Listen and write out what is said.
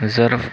जर